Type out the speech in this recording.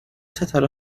ستاره